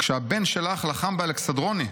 כשהבן שלך לחם באלכסנדרוני.